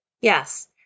Yes